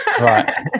Right